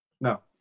No